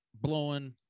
blowing